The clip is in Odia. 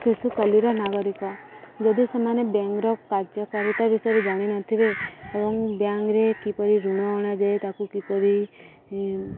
ଶିଶୁ କାଲିର ନାଗରିକ ଯଦି ସେମାନେ ବ୍ୟାଙ୍କର କାର୍ଯ୍ୟକାରିତା ବିଷୟରେ ଜାଣିନଥିବେ ଏବଂ ବ୍ୟାଙ୍କରେ କିପରି ଋଣ ଅଣାଯାଏ ତାକୁ କିପରି